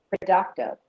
productive